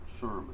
sermon